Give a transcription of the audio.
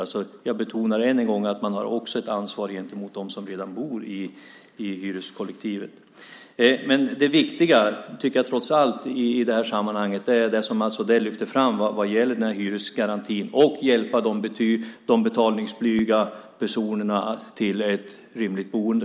Jag betonar alltså än en gång att man också har ett ansvar gentemot dem som redan bor i hyreskollektivet. Men det viktiga i det här sammanhanget tycker jag trots allt är det som Mats Odell lyfter fram vad gäller den här hyresgarantin och att man ska hjälpa de betalningsblyga personerna till ett rimligt boende.